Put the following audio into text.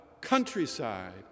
countryside